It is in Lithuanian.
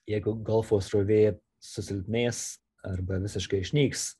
jeigu golfo srovė susilpnės arba visiškai išnyks